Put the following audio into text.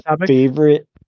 favorite